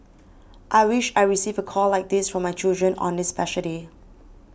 I wish I receive a call like this from my children on this special day